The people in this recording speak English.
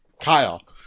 kyle